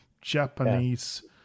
Japanese